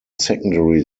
secondary